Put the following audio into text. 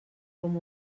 com